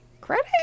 credit